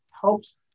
helps